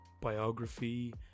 biography